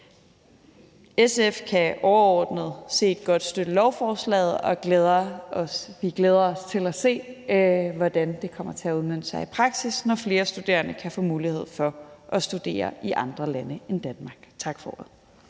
SF kan overordnet set godt støtte lovforslaget. Vi glæder os til at se, hvordan det kommer til at udmønte sig i praksis, når flere studerende kan få mulighed for at studere i andre lande end Danmark. Tak for ordet.